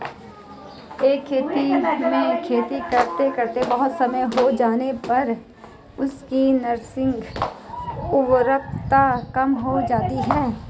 एक खेत में खेती करते करते बहुत समय हो जाने पर उसकी नैसर्गिक उर्वरता कम हो जाती है